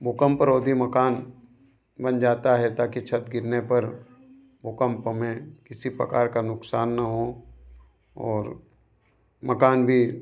भूकंपरोधी मकान बन जाता है ताकी छत गिरने पर भूकंप में किसी प्रकार का नुकसान न हो और मकान भी